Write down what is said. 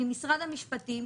ממשרד המשפטים,